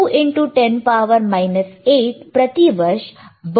2 into 10 8 प्रतिवर्ष बहुत ही कम है